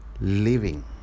living